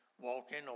walking